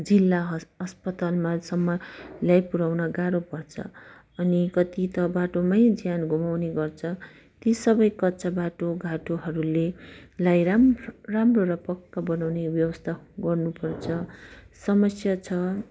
जिल्ला हस् हस्पतालसम्म ल्याइपुर्याउन गाह्रो पर्छ अनि कति त बाटोमै ज्यान गुमाउने गर्छ ती सबै कच्चा बाटो घाटोहरूले लाई राम्रो राम्रो र पक्का बनाउने व्यवस्था गर्नु पर्छ समस्या छ